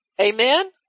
Amen